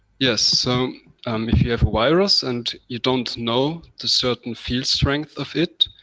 yes. so um if you have a virus and you don't know the certain field strength of it,